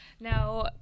Now